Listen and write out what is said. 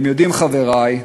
אתם יודעים, חברי,